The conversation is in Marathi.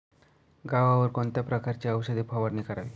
गव्हावर कोणत्या प्रकारची औषध फवारणी करावी?